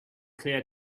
clear